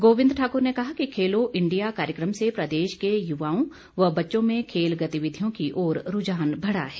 गोविंद ठाकुर ने कहा कि खेलो इंडिया कार्यक्रम से प्रदेश के युवाओं व बच्चों में खेल गतिविधियों की ओर रूझान बढ़ा है